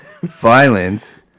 violence